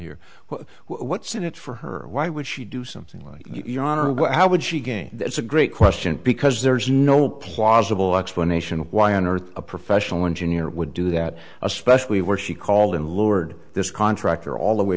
here well what's in it for her why would she do something like how would she gain that's a great question because there's no plausible explanation why on earth a professional engineer would do that especially where she called in lowered this contractor all the way